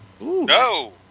No